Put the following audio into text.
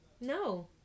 No